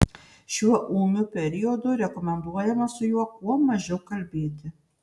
šiuo ūmiu periodu rekomenduojama su juo kuo mažiau kalbėti